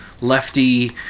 lefty